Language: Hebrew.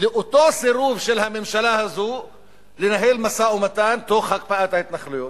לאותו סירוב של הממשלה הזאת לנהל משא-ומתן תוך הקפאת ההתנחלויות.